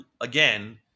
again